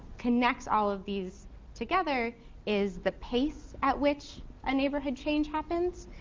connects all of these together is the pace at which a neighborhood change happens.